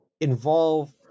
involve